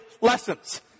lessons